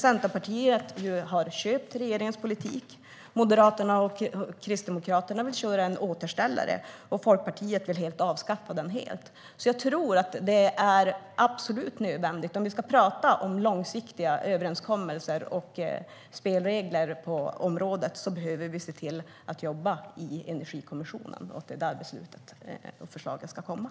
Centerpartiet har köpt regeringens politik, Moderaterna och Kristdemokraterna vill köra en återställare och Liberalerna vill avskaffa den helt. Om vi ska tala om långsiktiga överenskommelser och spelregler på området behöver vi se till att jobba i Energikommissionen. Det är där förslagen ska komma och besluten ska tas.